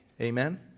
Amen